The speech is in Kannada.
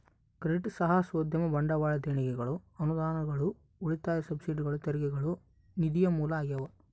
ಕ್ರೆಡಿಟ್ ಸಾಹಸೋದ್ಯಮ ಬಂಡವಾಳ ದೇಣಿಗೆಗಳು ಅನುದಾನಗಳು ಉಳಿತಾಯ ಸಬ್ಸಿಡಿಗಳು ತೆರಿಗೆಗಳು ನಿಧಿಯ ಮೂಲ ಆಗ್ಯಾವ